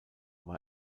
war